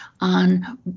on